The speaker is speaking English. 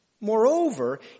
Moreover